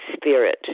spirit